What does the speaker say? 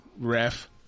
ref